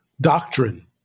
doctrine